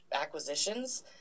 acquisitions